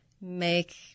make